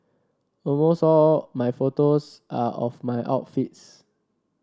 almost all my photos are of my outfits